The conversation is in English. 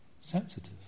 sensitive